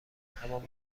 همان